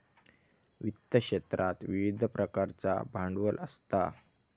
वित्त क्षेत्रात विविध प्रकारचा भांडवल असता